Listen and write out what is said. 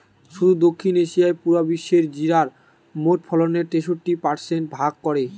শুধু দক্ষিণ এশিয়াই পুরা বিশ্বের জিরার মোট ফলনের তেষট্টি পারসেন্ট ভাগ করে